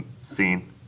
scene